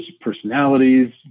personalities